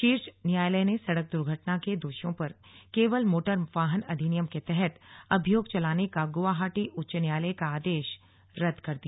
शीर्ष न्यायालय ने सड़क दुर्घटना के दोषियों पर केवल मोटर वाहन अधिनियम के तहत अभियोग चलाने का गुवाहाटी उच्च न्यायालय का आदेश रद्द कर दिया